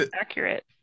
accurate